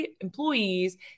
employees